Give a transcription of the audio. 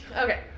Okay